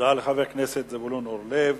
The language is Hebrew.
תודה לחבר הכנסת זבולון אורלב.